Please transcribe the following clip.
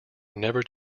never